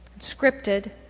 scripted